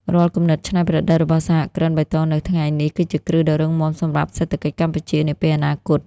រាល់គំនិតច្នៃប្រឌិតរបស់សហគ្រិនបៃតងនៅថ្ងៃនេះ គឺជាគ្រឹះដ៏រឹងមាំសម្រាប់សេដ្ឋកិច្ចកម្ពុជានាពេលអនាគត។